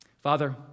Father